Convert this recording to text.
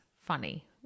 funny